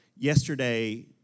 Yesterday